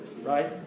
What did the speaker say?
right